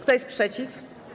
Kto jest przeciw?